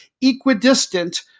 equidistant